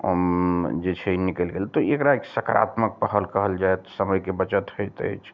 जे छै निकैलि गेल तऽ एकरा एक सकारात्मक पहल कहल जाएत समयके बचत होइत अछि